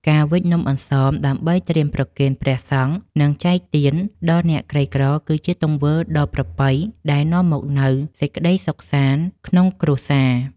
ការវេចនំអន្សមដើម្បីត្រៀមប្រគេនព្រះសង្ឃនិងចែកទានដល់អ្នកក្រីក្រគឺជាទង្វើដ៏ប្រពៃដែលនាំមកនូវសេចក្ដីសុខសាន្តក្នុងគ្រួសារ។